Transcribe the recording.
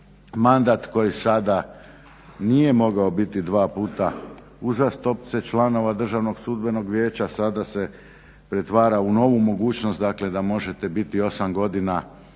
mandat koji sada nije mogao biti dva puta uzastopce članova Državnog sudbenog vijeća sada se pretvara u novu mogućnost dakle da možete biti 8 godina